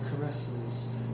caresses